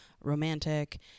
romantic